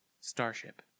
Starship